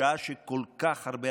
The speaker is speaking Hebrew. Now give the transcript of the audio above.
בשעה שכל כך הרבה,